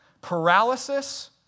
Paralysis